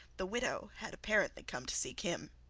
the widow had apparently come to seek him.